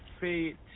fate